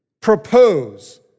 propose